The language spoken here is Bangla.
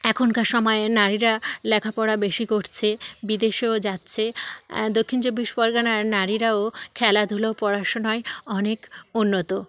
এখনকার সময়ের নারীরা লেখাপড়া বেশি করছে বিদেশেও যাচ্ছে দক্ষিণ চব্বিশ পরগনার নারীরাও খেলাধুলো পড়াশুনোয় অনেক উন্নত